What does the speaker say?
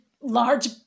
large